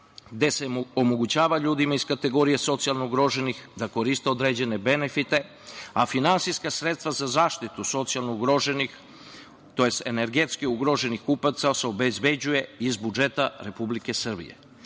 gde se omogućava ljudima iz kategorije socijalno ugroženih da koriste određene benefite, a finansijska sredstva za zaštitu socijalno ugroženih tj. energetski ugroženih kupaca se obezbeđuje iz budžeta Republike Srbije.